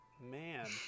man